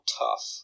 tough